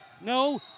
no